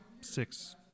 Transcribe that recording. six